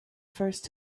first